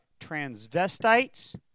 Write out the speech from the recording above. transvestites